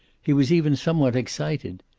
he was even somewhat excited.